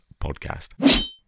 Podcast